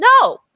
No